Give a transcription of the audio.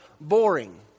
boring